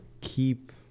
keep